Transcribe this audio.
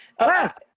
Yes